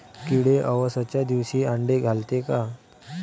किडे अवसच्या दिवशी आंडे घालते का?